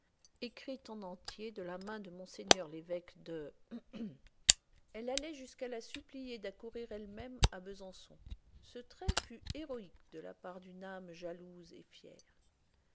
écrite en entier de la main de mgr l'évêque de elle allait jusqu'à la supplier d'accourir elle-même à besançon ce trait fut héroïque de la part d'une âme jalouse et fière